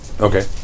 Okay